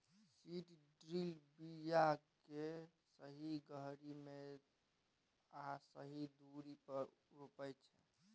seed drill बीया केँ सही गहीर मे आ सही दुरी पर रोपय छै